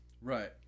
Right